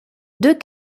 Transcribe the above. deux